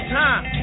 time